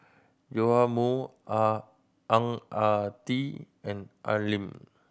Joash Moo Ah Ang Ah Tee and Al Lim